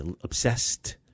obsessed